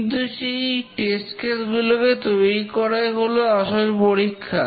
কিন্তু সেই test case গুলোকে তৈরি করাই হল আসল পরীক্ষা